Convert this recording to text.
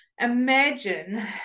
imagine